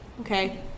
okay